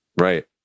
right